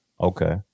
Okay